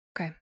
Okay